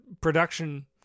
production